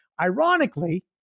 Ironically